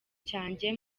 cyanjye